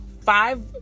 five